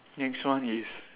next one is